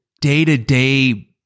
day-to-day